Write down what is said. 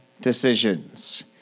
decisions